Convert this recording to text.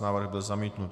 Návrh byl zamítnut.